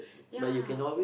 ya